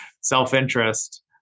self-interest